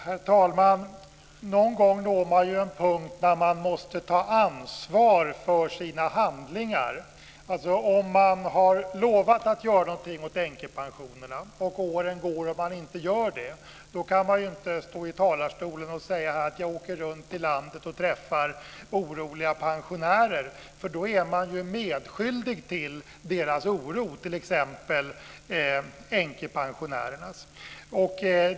Herr talman! Någon gång når man en punkt där man måste ta ansvar för sin handlingar. Alltså om man har lovat att göra någonting åt änkepensionerna och åren går och man inte gör det, kan man inte stå i talarstolen och säga: Jag åker runt i landet och träffar oroliga pensionärer. Då är man medskyldig till deras oro, t.ex. änkepensionärernas.